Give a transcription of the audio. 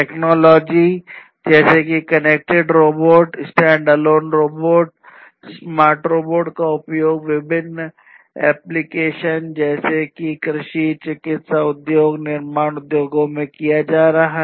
technologies जैसे कि connected robot standalone robot smart robot का उपयोग विभिन्न एप्लिकेशन डोमेन जैसे कि कृषि चिकित्सा उद्योग निर्माण उद्योगों में किया जा रहा है